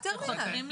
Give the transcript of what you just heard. הטרמינל.